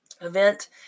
event